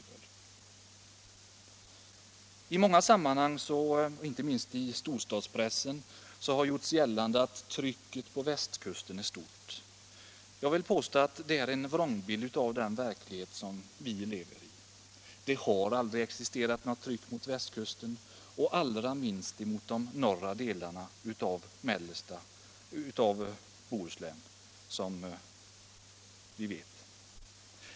Det har i många sammanhang, inte minst i storstadspressen, gjorts gällande att trycket på västkusten är starkt. Detta är emellertid en vrångbild av den verklighet som vi lever i. Det har aldrig existerat något tryck mot västkusten, allra minst mot de norra delarna av Bohuslän.